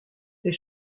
tes